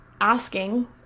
asking